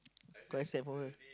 quite sad for her